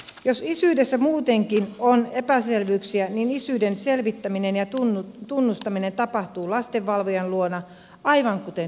jos isyydessä muutenkin on epäselvyyksiä niin isyyden selvittäminen ja tunnustaminen tapahtuu lastenvalvojan luona aivan kuten nykyisinkin